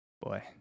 boy